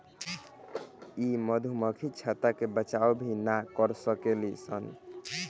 इ मधुमक्खी छत्ता के बचाव भी ना कर सकेली सन